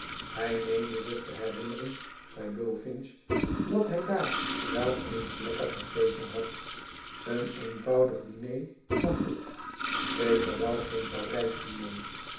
hij meende zich te herinneren zei bullfinch dat hij daar wel eens lekker gegeten had een eenvoudig diner maar goed zeker wel geen parijsch diner